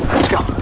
let's go.